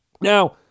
Now